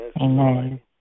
Amen